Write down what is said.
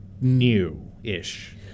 new-ish